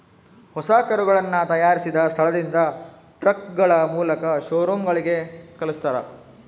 ಹೊಸ ಕರುಗಳನ್ನ ತಯಾರಿಸಿದ ಸ್ಥಳದಿಂದ ಟ್ರಕ್ಗಳ ಮೂಲಕ ಶೋರೂಮ್ ಗಳಿಗೆ ಕಲ್ಸ್ತರ